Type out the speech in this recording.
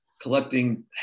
Collecting